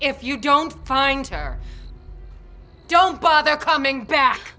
if you don't find her don't bother coming back